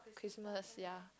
Christmas ya